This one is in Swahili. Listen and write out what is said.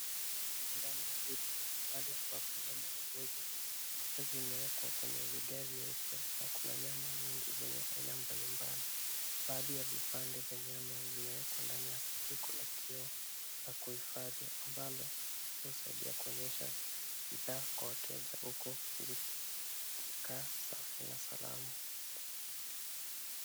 Ndai ya bucha, mahali ambapo nyama huuzwa, kuta zieekwa kwenye vigae nyeupe na kuna nyama mingi kwenye aina mbali mbali. Baadhi ya vipande vya nyama vimewekwa ndani ya sanduku la kioo la kuhifadhi ambalo husaidia kuonyesha bidhaa kwa wateja huku zikikaa safi na salama.